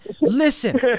Listen